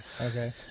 Okay